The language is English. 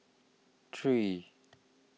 three